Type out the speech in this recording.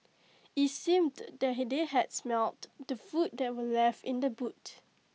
IT seemed that they had smelt the food that were left in the boot